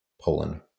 Poland